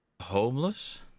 Homeless